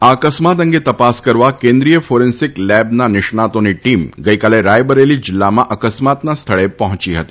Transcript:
આ અકસ્માત અંગે તપાસ કરવા કેન્દ્રીય ફોરેન્સીક લેબની નિષ્ણાંતોની ટીમ ગઇકાલે રાયબરેલી જીલ્લામાં અકસ્માતના સ્થળે પહોંચી હતી